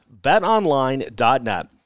betonline.net